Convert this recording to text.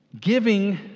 giving